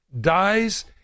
dies